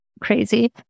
crazy